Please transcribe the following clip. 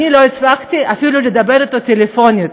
אני לא הצלחתי אפילו לדבר אתו טלפונית.